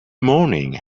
morning